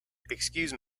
excuse